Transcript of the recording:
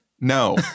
No